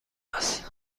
است